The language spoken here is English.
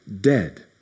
dead